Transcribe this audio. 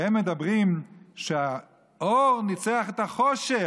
והם אומרים שהאור ניצח את החושך.